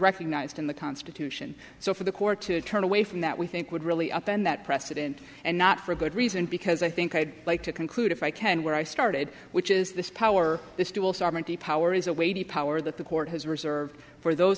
recognized in the constitution so for the court to turn away from that we think would really append that precedent and not for good reason because i think i'd like to conclude if i can where i started which is this power this dual sovereignty power is a weighty power that the court has reserved for those